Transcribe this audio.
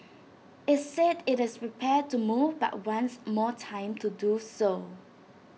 IT said IT is prepared to move but wants more time to do so